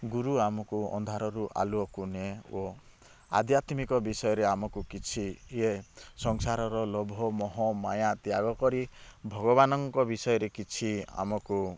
ଗୁରୁ ଆମକୁ ଅନ୍ଧାରରୁ ଆଲୁଅକୁ ନିଏ ଓ ଆଧ୍ୟାତ୍ମିକ ବିଷୟରେ ଆମୁକୁ କିଛି ଇଏ ସଂସାରର ଲୋଭ ମୋହ ମାୟା ତ୍ୟାଗ କରି ଭଗବାନଙ୍କ ବିଷୟରେ କିଛି ଆମକୁ